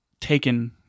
taken